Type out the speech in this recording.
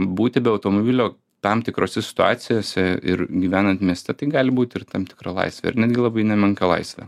būti be automobilio tam tikrose situacijose ir gyvenant mieste tai gali būti ir tam tikra laisvė ir netgi labai nemenka laisvė